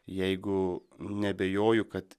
jeigu neabejoju kad